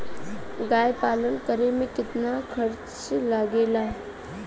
गाय पालन करे में कितना खर्चा लगेला?